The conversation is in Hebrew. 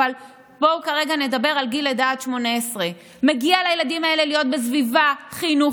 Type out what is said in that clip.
אבל בואו כרגע נדבר על גיל לידה עד 18. מגיע לילדים האלה להיות בסביבה חינוכית,